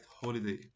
holiday